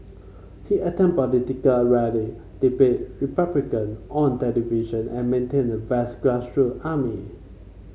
he attend political rally debate Republican on television and maintain a vast grassroot army